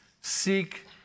seek